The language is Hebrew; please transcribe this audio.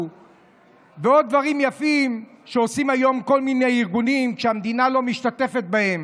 ועוד דברים יפים שעושים היום כל מיני ארגונים שהמדינה לא משתתפת בהם.